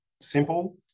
simple